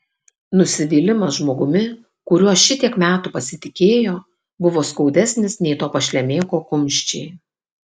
nusivylimas žmogumi kuriuo šitiek metų pasitikėjo buvo skaudesnis nei to pašlemėko kumščiai